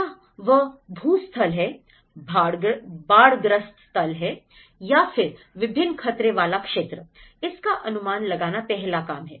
क्या वह भूस्खलन है बाढ़ ग्रस्त क्षेत्र है या फिर विभिन्न खतरे वाला क्षेत्र इसका अनुमान लगाना पहला काम है